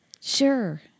sure